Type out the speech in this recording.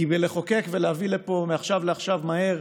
כי לחוקק ולהביא לפה, מעכשיו לעכשיו, מהר,